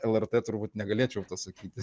lrt turbūt negalėčiau pasakyti